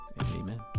amen